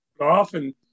Often